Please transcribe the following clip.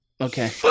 Okay